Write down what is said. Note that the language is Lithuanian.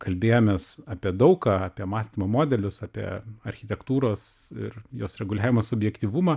kalbėjomės apie daug ką apie mąstymo modelius apie architektūros ir jos reguliavimo subjektyvumą